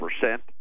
percent